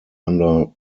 under